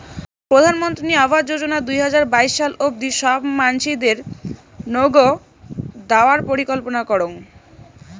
প্রধানমন্ত্রী আবাস যোজনা দুই হাজার বাইশ সাল অব্দি সব মানসিদেরনৌগউ দেওয়ার পরিকল্পনা করং